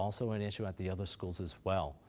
also an issue at the other schools as well